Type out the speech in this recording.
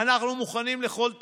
"אנחנו מוכנים לכל תרחיש.